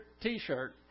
t-shirt